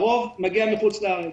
הרוב מגיע מחוץ לארץ,